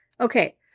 Okay